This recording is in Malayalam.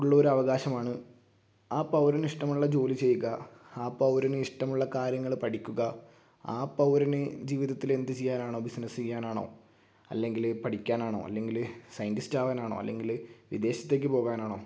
ഉള്ളൊരു അവകാശമാണ് ആ പൗരന് ഇഷ്ടമുള്ള ജോലി ചെയ്യുക ആ പൗരന് ഇഷ്ടമുള്ള കാര്യങ്ങൾ പഠിക്കുക ആ പൗരന് ജീവിതത്തിൽ എന്ത് ചെയ്യാനാണോ ബിസിനസ് ചെയ്യാനാണോ അല്ലെങ്കിൽ പഠിക്കാനാണോ അല്ലെങ്കിൽ സയന്റിസ്റ്റ് ആകാനാണോ അല്ലെങ്കിൽ വിദേശത്തേക്ക് പോകാനാണോ